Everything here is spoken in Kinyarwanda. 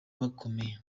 bakomeye